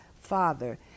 Father